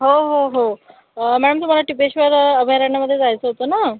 हो हो हो मॅम तुम्हाला टिपेश्वर अभयरण्यामध्ये जायचं होतं ना